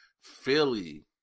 Philly